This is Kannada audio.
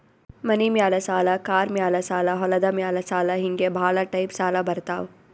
ಮನಿ ಮ್ಯಾಲ ಸಾಲ, ಕಾರ್ ಮ್ಯಾಲ ಸಾಲ, ಹೊಲದ ಮ್ಯಾಲ ಸಾಲ ಹಿಂಗೆ ಭಾಳ ಟೈಪ್ ಸಾಲ ಬರ್ತಾವ್